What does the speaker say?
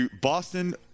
Boston –